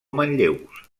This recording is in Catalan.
manlleus